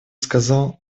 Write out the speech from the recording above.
сказал